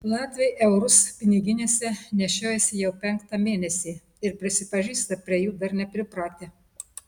latviai eurus piniginėse nešiojasi jau penktą mėnesį ir prisipažįsta prie jų dar nepripratę